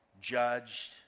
judged